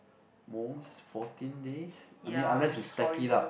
most fourteen days I mean unless you stack it up